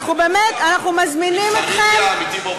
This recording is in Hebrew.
אנחנו באמת מזמינים אתכם, האמיתי באופוזיציה?